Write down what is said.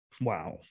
Wow